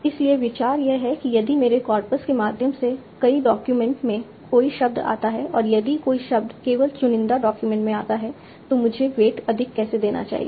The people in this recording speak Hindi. इसलिए विचार यह है कि यदि मेरे कॉर्पस के माध्यम से कई डॉक्यूमेंट में कोई शब्द आता है और यदि कोई शब्द केवल चुनिंदा डॉक्यूमेंट में आता है तो मुझे वेट अधिक किसे देना चाहिए